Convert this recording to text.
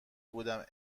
بودم